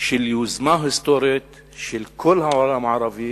של יוזמה היסטורית של כל העולם הערבי